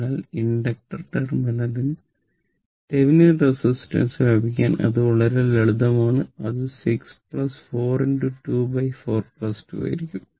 അതിനാൽ ഇൻഡക്ടർ ടെർമിനലിൽ Thevenin resistance ലഭിക്കാൻ അത് വളരെ ലളിതമാണ് അത് 6 424 2 ആയിരിക്കും